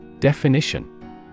Definition